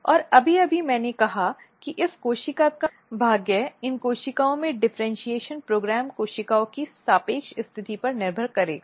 और अभी अभी मैंने कहा कि इस कोशिका का भाग्य इस कोशिकाओं में डिफरेन्शीऐशन प्रोग्राम कोशिकाओं की सापेक्ष स्थिति पर निर्भर करेगा